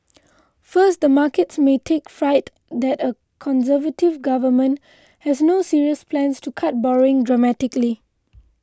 first the markets may take fright that a Conservative government has no serious plans to cut borrowing dramatically